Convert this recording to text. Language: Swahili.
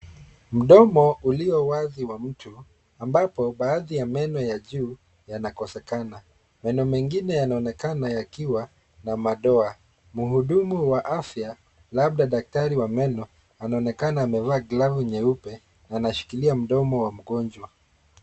Mdomo ulio wazi wa mtu, ambapo baadhi ya meno ya juu yanakosa. Meno mengine yanaonekana kuwa na madoa. Mhudumu wa afya, labda daktari wa meno, ana valavu nyeupe na anashikilia mdomo wa mgonjwa.